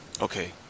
Okay